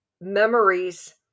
memories